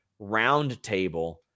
Roundtable